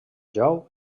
jou